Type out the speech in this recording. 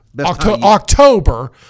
october